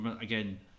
again